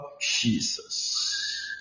Jesus